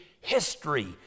history